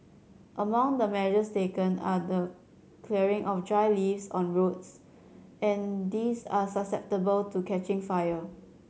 among the measures taken are the clearing of dry leaves on roads and these are susceptible to catching fire